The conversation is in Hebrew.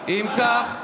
חלש.